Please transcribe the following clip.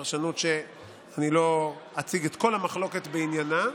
פרשנות שאני לא אציג את כל המחלוקת בעניינה,